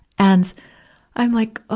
and i'm like ah